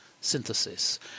synthesis